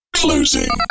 closing